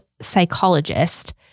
psychologist